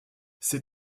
ces